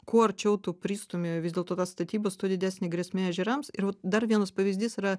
kuo arčiau tu pristumi vis dėl tas statybas tuo didesnė grėsmė ežerams ir vat dar vienas pavyzdys yra